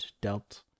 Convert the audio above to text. dealt